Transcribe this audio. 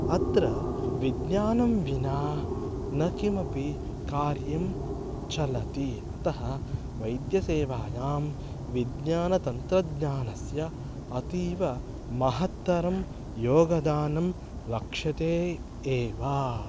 अत्र विज्ञानं विना न किमपि कार्यं चलति अतः वैद्यसेवायां विज्ञानतन्त्रज्ञानस्य अतीवमहत्तरं योगदानं लक्ष्यते एव